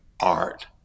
art